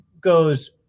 goes